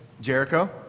Jericho